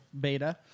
beta